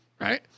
Right